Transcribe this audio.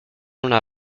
una